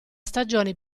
stagione